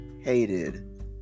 hated